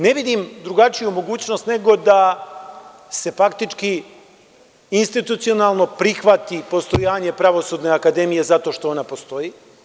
Ne vidim drugačiju mogućnost, nego da se faktički institucionalno prihvati postojanje pravosudne akademije zato što ona postoji.